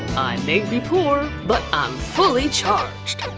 may be poor but i'm fully charged!